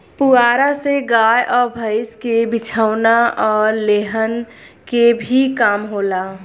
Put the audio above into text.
पुआरा से गाय आ भईस के बिछवाना आ लेहन के भी काम होला